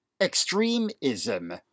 extremism